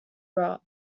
rot